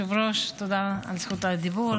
אדוני היושב-ראש, תודה על זכות הדיבור.